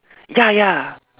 ya ya